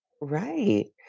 Right